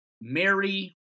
Mary